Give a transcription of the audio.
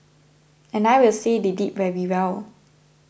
and I will say they did very well